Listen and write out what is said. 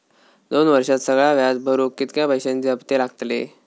दोन वर्षात सगळा व्याज भरुक कितक्या पैश्यांचे हप्ते लागतले?